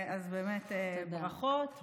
אז באמת ברכות.